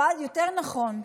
או יותר נכון,